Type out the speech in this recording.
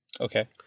Okay